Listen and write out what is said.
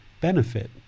benefit